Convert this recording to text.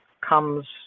comes